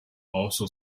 also